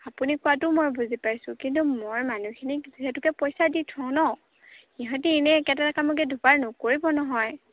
আপুনি কোৱাটো মই বুজি পাইছোঁ কিন্তু মই মানুহখিনিক যিহেতুকে পইচা দি থওঁ নহ্ সিহঁতে এনেই একেটা কামকে দুবাৰ নকৰিব নহয়